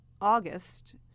August